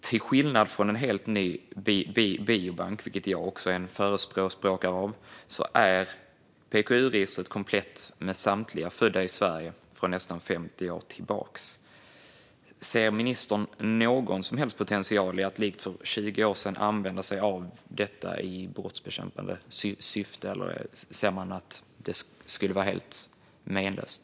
Till skillnad från en helt ny biobank, vilket jag också är en förespråkare av, är PKU-registret komplett med samtliga som har fötts i Sverige sedan nästan 50 år. Ser ministern någon som helst potential att likt för 20 år sedan använda sig av detta i brottsbekämpande syfte, eller ser man att det vore helt meningslöst?